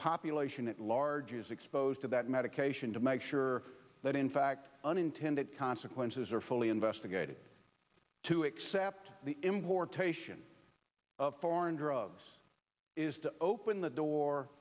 population at large is exposed to that medication to make sure that in fact unintended consequences are fully investigated to accept the importation of foreign drugs is to open the door